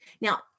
Now